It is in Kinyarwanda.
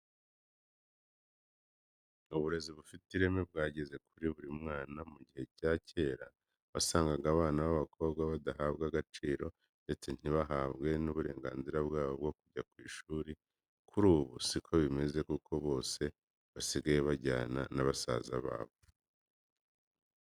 Uburezi bufite ireme bwageze kuri buri mwana. Mu gihe kera wasangaga abana b'abakobwa badahabwa agaciro ndetse ntibahabwe n'uburenganzira bwabo bwo kujya ku ishuri, kuri ubu si ko bimeze kuko bose basigaye bajyana na basaza babo.